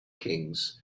kings